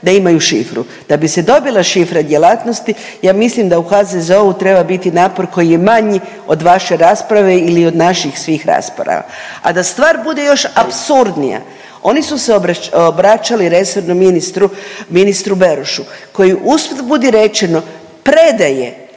Da bi se dobila šifra djelatnosti ja mislim da u HZZO-u treba biti napor koji je manji od vaše rasprave ili od naših svih rasprava. A da stvar bude još apsurdnija, oni su se obraćali resornom ministru, ministru Berošu koji usput budi rečeno predaje